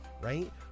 right